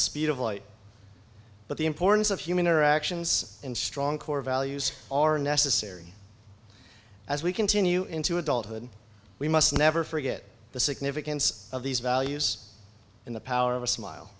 speed of light but the importance of human interactions and strong core values are necessary as we continue into adulthood we must never forget the significance of these values in the power of a smile